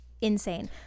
insane